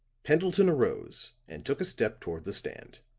pendleton arose and took a step toward the stand.